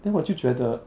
then 我就觉得